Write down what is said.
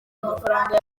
amafaranga